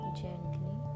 gently